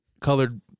colored